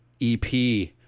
EP